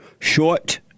Short